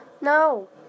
No